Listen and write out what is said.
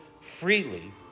freely